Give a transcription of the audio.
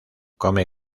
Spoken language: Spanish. come